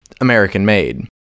American-made